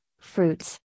fruits